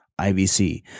IVC